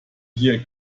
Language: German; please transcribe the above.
hier